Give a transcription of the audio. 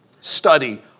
Study